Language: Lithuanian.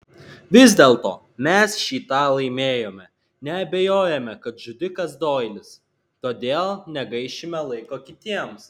vis dėlto mes šį tą laimėjome nebeabejojame kad žudikas doilis todėl negaišime laiko kitiems